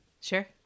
Sure